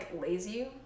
lazy